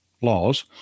laws